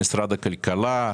במשרד הכלכלה?